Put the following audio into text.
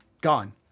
Gone